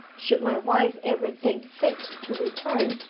should my wife ever think fit to return,